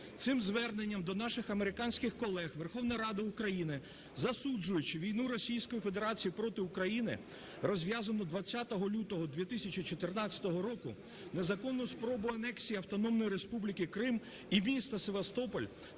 Цим зверненням до наших американських колег Верховна Рада України, засуджуючи війну Російської Федерації проти України, розв'язану 20 лютого 2014 року незаконною спробою анексії Автономної Республіки Крим і міста Севастополь,